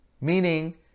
meaning